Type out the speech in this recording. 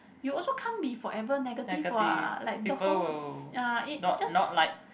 you also can't be forever negative what like the whole ya is just